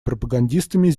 пропагандистами